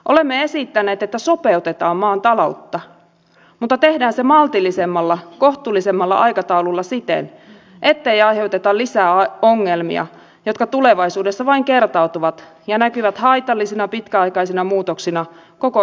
olemme esittäneet että sopeutetaan maan taloutta mutta tehdään se maltillisemmalla kohtuullisemmalla aikataululla siten ettei aiheuteta lisää ongelmia jotka tulevaisuudessa vain kertautuvat ja näkyvät haitallisina pitkäaikaisina muutoksina koko yhteiskunnassa